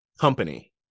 company